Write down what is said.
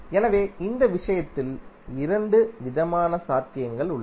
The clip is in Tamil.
எனவே இந்த விஷயத்தில் இரண்டு விதமான சாத்தியங்கள் உள்ளன